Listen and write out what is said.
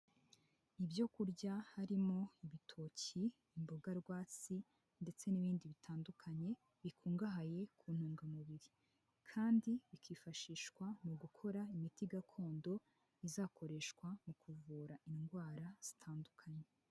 Ibyo kurya harimo ibitoki, imbogarwatsi ndetse n'ibindi bitandukanye bikungahaye ku ntungamubiri, kandi bikifashishwa mu gukora imiti gakondo izakoreshwa mu kuvura indwara zitandukanye.